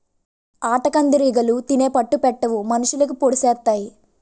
ఆటకందిరీగలు తేనే పట్టు పెట్టవు మనుషులకి పొడిసెత్తాయి